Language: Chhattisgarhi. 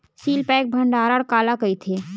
सील पैक भंडारण काला कइथे?